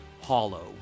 hollow